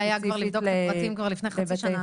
היה צריך לבדוק את הפרטים כבר לפני חצי שנה.